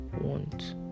want